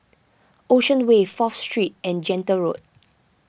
Ocean Way Fourth Street and Gentle Road